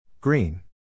Green